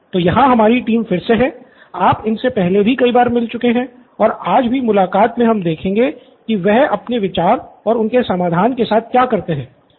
तो यहाँ हमारी टीम फिर से है आप इनसे पहले भी कई बार मिल चुके हैं और आज की मुलाक़ात मे हम देखेंगे की वह अपने विचार और उनके समाधान के साथ क्या करते हैं